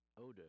odor